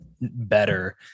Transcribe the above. better